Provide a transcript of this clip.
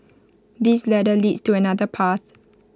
this ladder leads to another path